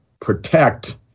protect